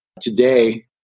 today